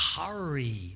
hurry